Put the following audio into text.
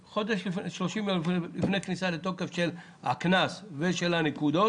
כן, לפני הכניסה לתוקף של הקנס ושל הנקודות.